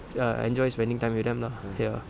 uh enjoy spending time with them lah ya